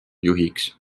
juhiks